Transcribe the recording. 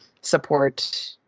support